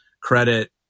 credit